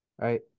right